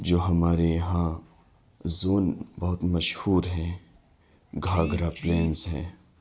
جو ہمارے یہاں زون بہت مشہور ہیں گھاگھرا پلینس ہیں